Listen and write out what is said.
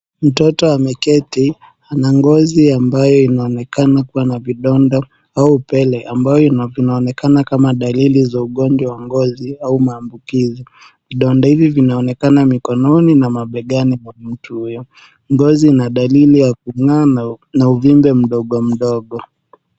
Mtoto ameketi, ana ngozi ambayo inaonekana kuwa na vidonda au upele ambayo vinaonekana kama dalili za ugonjwa wa ngozi au maambukizi. Vidonda hivi vinaonekana mikononi na mabegani mwa mtu huyu, ngozi ina dalili ya kung'aa na uvimbe mdogo mdogo